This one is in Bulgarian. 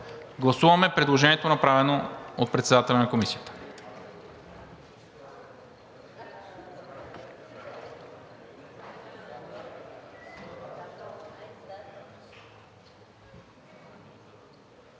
Гласуваме предложението, направено от председателя на Комисията.